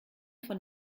von